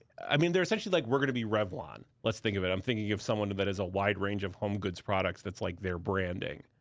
i mean, they're essentially like, we're gonna be revlon. let's think of it, i'm thinking of someone that has a wide range of home goods products that's like, their branding.